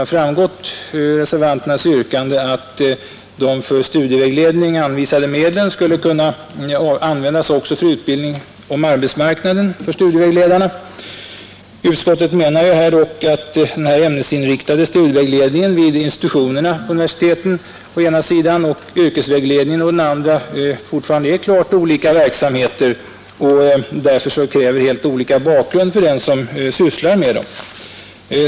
Reservanternas yrkanden innebär att de för studievägledning anvisade medlen skulle kunna användas också för utbildning om arbetsmarknaden för studievägledarna. Utskottet menar här att ämnesinriktad studievägledning vid universiteten å ena sidan och yrkesvägledning å den andra fortfarande är klart olika verksamheter och därför kräver helt olika bakgrund för den som skall syssla med dem.